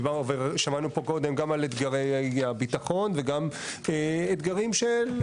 דיברנו ושמענו פה קודם גם על אתגרי הביטחון וגם אתגרים של,